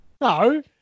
No